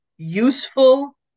useful